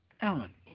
Alan